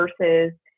versus